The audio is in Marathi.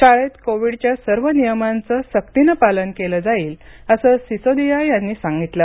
शाळेत कोविडच्या सर्व नियमांचं सक्तीनं पालन केलं जाईल असं सिसोदिया सांनी सांगितलं